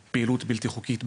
על פעילות בלתי חוקית,